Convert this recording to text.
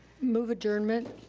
move adjournment.